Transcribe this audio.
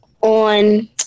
on